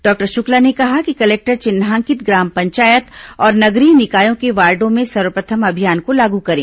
doctor Shukla ने कहा कि कलेक्टर चिन्हांकित ग्राम पंचायत और नगरीय निकायों के वार्डो में सर्वप्रथम अभियान को लागू करें